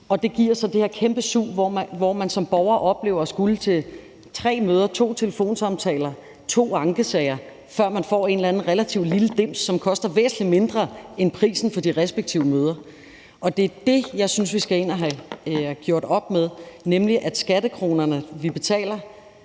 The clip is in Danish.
Det giver så det her kæmpe sug, hvor man som borger oplever at skulle til tre møder, to telefonsamtaler, to ankesager, før man får en eller anden relativt lille dims, som koster væsentlig mindre end prisen for de respektive møder, og det er det, jeg synes vi skal ind at have gjort op med, nemlig at skattekronerne, vi betaler,